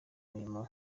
mirimo